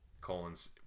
Colons